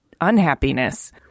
unhappiness